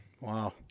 Wow